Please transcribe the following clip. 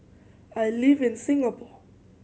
I live in Singapore